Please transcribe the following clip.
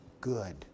good